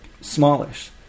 smallish